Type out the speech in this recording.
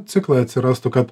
ciklai atsirastų kad